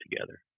together